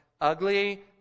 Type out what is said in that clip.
ugly